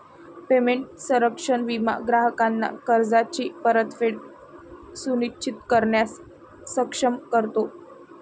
payment संरक्षण विमा ग्राहकांना कर्जाची परतफेड सुनिश्चित करण्यास सक्षम करतो